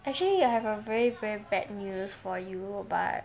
actually I have a very very bad news for you but